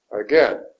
Again